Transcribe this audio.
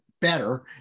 better